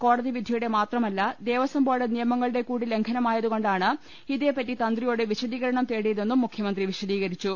കോടതിവിധിയുടെ മാത്രമല്ല ദേവസ്വം ബോർഡ് നിയമങ്ങളുടെ കൂടി ലംഘനമായത് കൊണ്ടാണ് ഇതേ പറ്റി തന്ത്രിയോട് വിശദീകരണം തേടിയതെന്നും മുഖ്യമന്ത്രി വിശദീകരി ച്ചു